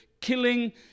killing